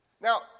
Now